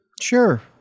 Sure